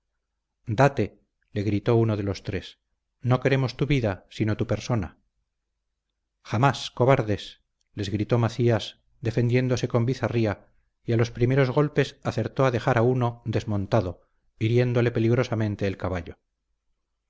date le gritó uno de los tres no queremos tu vida sino tu persona jamás cobardes les gritó macías defendiéndose con bizarría y a los primeros golpes acertó a dejar a uno desmontado hiriéndole peligrosamente el caballo